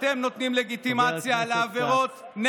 אתם נותנים לגיטימציה לעבירות,